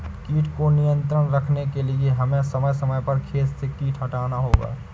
कीट को नियंत्रण रखने के लिए हमें समय समय पर खेत से कीट हटाना होगा